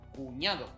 Cuñado